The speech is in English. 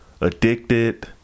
addicted